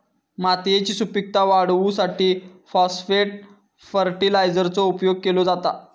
मातयेची सुपीकता वाढवूसाठी फाॅस्फेट फर्टीलायझरचो उपयोग केलो जाता